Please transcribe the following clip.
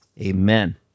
Amen